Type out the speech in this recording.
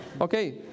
Okay